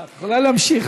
את יכולה להמשיך.